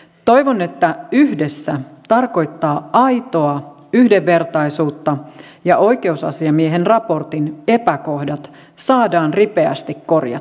toivon että yhdessä tarkoittaa aitoa yhdenvertaisuutta ja oikeusasiamiehen raportin epäkohdat saadaan ripeästi korjattua